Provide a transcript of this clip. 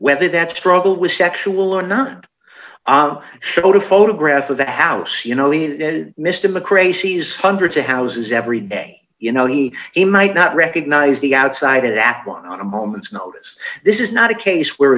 whether that struggle was sexual or not and i showed a photograph of the house you know and mr mcrae sees hundreds of houses every day you know he he might not recognize the outside of that one on a moment's notice this is not a case where